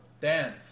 Dance